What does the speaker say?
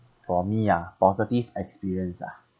for me ah positive experience ah